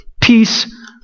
peace